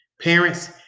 Parents